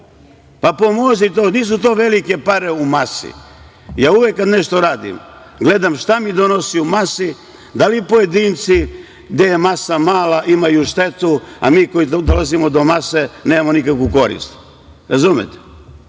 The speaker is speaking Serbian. Mihailovoj. Nisu to velike pare u masi. Ja uvek kada nešto radim gledam šta mi donosi u masi, da li pojedinci gde je masa mala imaju štetu, a mi koji dolazimo do mase nemamo nikakvu korist, razumete? Želim